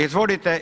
Izvolite.